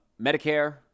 Medicare